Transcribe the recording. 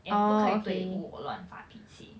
and 不可以对我乱发脾气